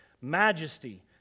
majesty